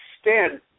stand